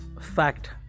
fact